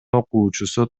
окуучусу